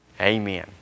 Amen